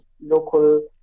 local